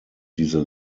diese